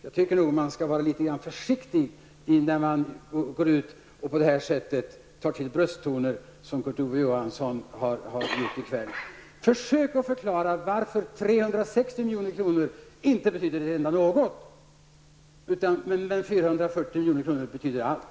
Jag tycker att man skall var litet försiktig innan man på detta sätt tar till brösttoner som Kurt Ove Johansson har gjort i kväll. Försök att förklara varför 360 milj.kr. inte betyder någonting, men 440 milj.kr. betyder allt.